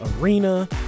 arena